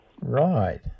Right